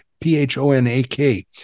P-H-O-N-A-K